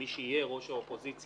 מי שיהיה ראש האופוזיציה